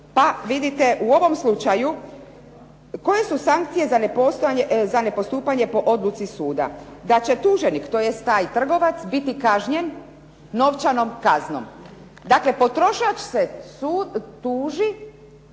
pa vidite u ovom slučaju koje su sankcije za nepostupanje po odluci suda. Da će tuženik, tj. taj trgovac biti kažnjen novčanom kaznom. Dakle, potrošač se tuži